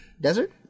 Desert